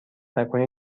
نکنی